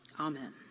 Amen